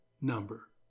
number